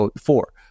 four